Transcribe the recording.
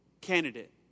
candidate